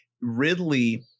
ridley